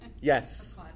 yes